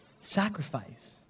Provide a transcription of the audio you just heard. sacrifice